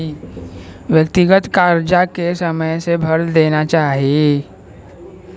व्यक्तिगत करजा के समय से भर देना चाही